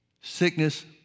Sickness